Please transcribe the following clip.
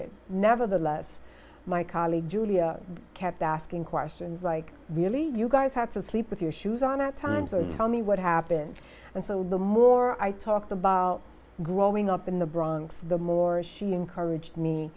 it nevertheless my colleague julia kept asking questions like really you guys have to sleep with your shoes on at times so you tell me what happened and so the more i talked about growing up in the bronx the more she encouraged